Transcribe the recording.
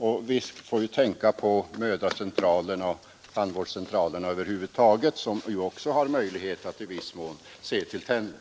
Vi får ju tänka på att mödracentralerna och tandvårdscentralerna över huvud taget också har möjlighet att se till detta.